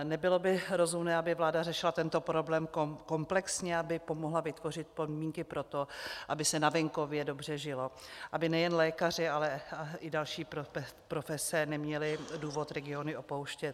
Nebylo by rozumné, aby vláda řešila tento problém komplexně, aby pomohla vytvořit podmínky pro to, aby se na venkově dobře žilo, aby nejen lékaři, ale i další profese neměli důvod regiony opouštět?